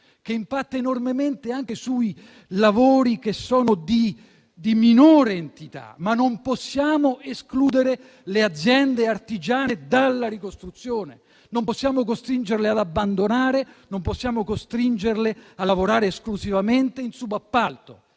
che impatta enormemente anche sui lavori di minore entità. Non possiamo escludere le aziende artigiane dalla ricostruzione; non possiamo costringerle ad abbandonare; non possiamo costringerle a lavorare esclusivamente in subappalto.